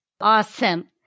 Awesome